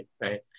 right